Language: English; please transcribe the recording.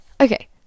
okay